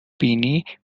بینی